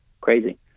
Crazy